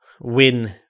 win